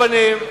על כל פנים,